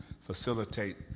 facilitate